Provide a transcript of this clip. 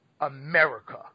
America